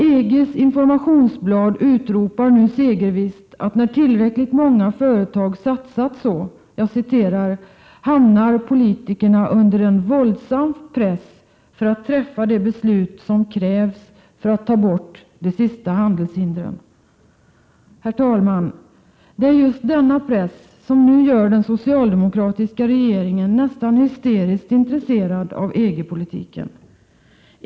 EG:s informationsblad utropar nu segervisst att när tillräckligt många företag satsat ”hamnar politikerna under en våldsam press för att träffa de beslut som krävs för att ta bort de sista handelshindren”. Herr talman! Det är just denna press som nu gör den socialdemokratiska egeringen nästan hysteriskt intresserad av EG-politiken.